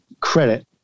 credit